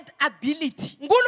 ability